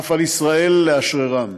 אף על ישראל לאשררן.